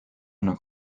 una